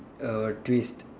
a twist